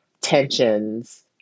tensions